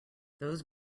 those